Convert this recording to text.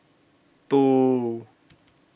two